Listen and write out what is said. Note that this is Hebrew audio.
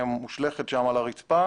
מושלכת על הרצפה.